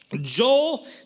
Joel